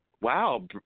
wow